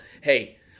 hey